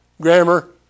grammar